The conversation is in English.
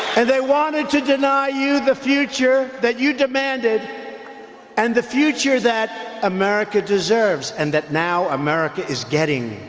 and they wanted to deny you the future that you demanded and the future that america deserves and that now america is getting